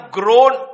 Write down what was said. grown